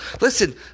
Listen